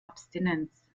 abstinenz